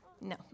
No